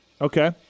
Okay